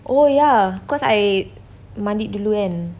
oh ya cause I mandi dulu kan